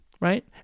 right